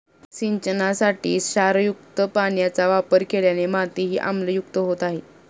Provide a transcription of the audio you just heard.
सिंचनासाठी क्षारयुक्त पाण्याचा वापर केल्याने मातीही आम्लयुक्त होत आहे